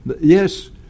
yes